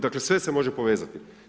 Dakle, sve se može povezati.